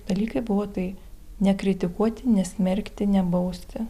dalykai buvo tai nekritikuoti nesmerkti nebausti